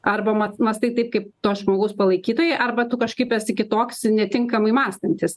arba mat mąstai taip kaip to žmogaus palaikytojai arba tu kažkaip esi kitoks netinkamai mąstantis